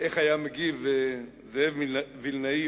איך היה מגיב זאב וילנאי,